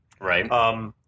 right